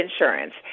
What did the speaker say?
insurance